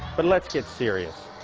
but let's get serious